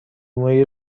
مویی